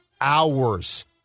Hours